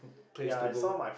place to go